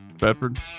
Bedford